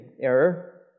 error